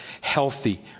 healthy